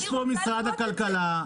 אני רוצה לראות את זה.